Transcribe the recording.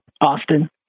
Austin